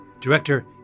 Director